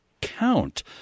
count